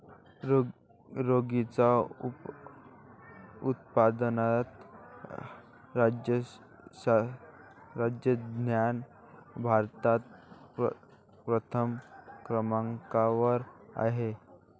रॅगीच्या उत्पादनात राजस्थान भारतात प्रथम क्रमांकावर आहे